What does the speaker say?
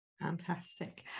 fantastic